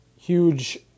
huge